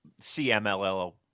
CMLL